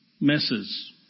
messes